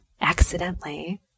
accidentally